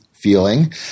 feeling